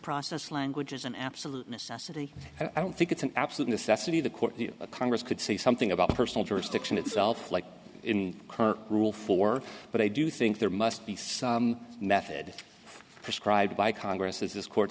process language is an absolute necessity i don't think it's an absolute necessity of the court the congress could say something about personal jurisdiction itself like in rule for but i do think there must be some method prescribed by congress as this court